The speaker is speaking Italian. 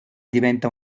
diventa